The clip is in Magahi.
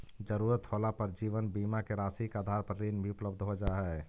ज़रूरत होला पर जीवन बीमा के राशि के आधार पर ऋण भी उपलब्ध हो जा हई